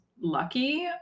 lucky